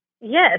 Yes